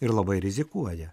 ir labai rizikuoja